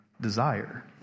desire